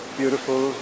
beautiful